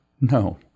No